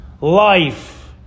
life